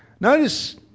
Notice